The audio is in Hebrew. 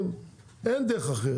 אין דרך אחרת.